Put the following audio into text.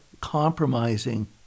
compromising